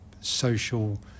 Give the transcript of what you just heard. social